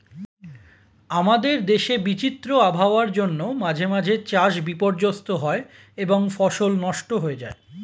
আমাদের দেশে বিচিত্র আবহাওয়ার জন্য মাঝে মাঝে চাষ বিপর্যস্ত হয় এবং ফসল নষ্ট হয়ে যায়